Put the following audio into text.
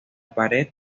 pared